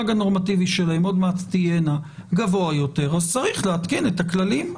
הנורמטיבי שלהן גבוה יותר וצריך להתקין את הכללים.